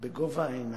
בגובה העיניים,